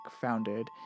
founded